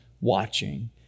watching